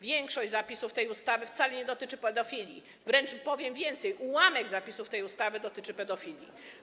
Większość zapisów tej ustawy wcale nie dotyczy pedofilii, wręcz powiem więcej: ułamek zapisów tej ustawy dotyczy pedofilii.